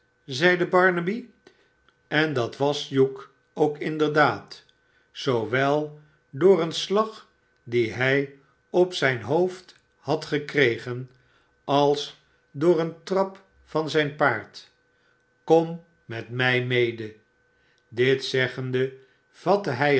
zeide barnaby en dat was ttugh ook mderdaad zoowel door een slag dier hij op zijn hoofd d f kre s en als door een trap van zijn paard skom met mij mede dit zeggende vatte hij